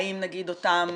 האם נגיד אותם